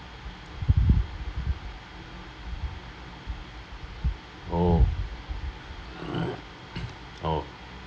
oh oh